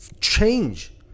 change